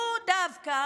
הוא דווקא